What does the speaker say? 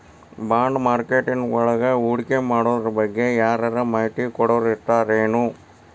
ಬಾಂಡ್ಮಾರ್ಕೆಟಿಂಗ್ವಳಗ ಹೂಡ್ಕಿಮಾಡೊದ್ರಬಗ್ಗೆ ಯಾರರ ಮಾಹಿತಿ ಕೊಡೊರಿರ್ತಾರೆನು?